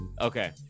Okay